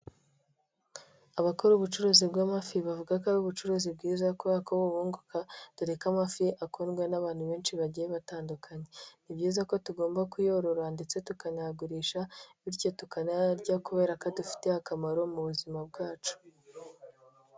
Abakora ubucuruzi bw'amafi bavuga ko ari ubucuruzi bwiza kubera ko bunguka dore ko amafi akunswa n'abantu benshi bagiye batandukanye, ni byiza ko tugomba kuyorora ndetse tukanayagurisha bityo tukanayarya kubera ko adufitiye akamaro mu buzima bwacu.